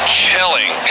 killing